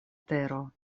tero